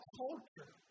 culture